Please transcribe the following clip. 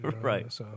Right